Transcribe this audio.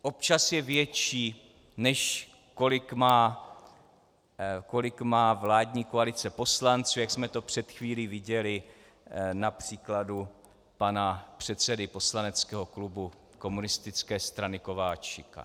Občas je větší, než kolik má vládní koalice poslanců, jak jsme to před chvílí viděli na příkladu pana předsedy poslaneckého klubu komunistické strany Kováčika.